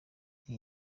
iyi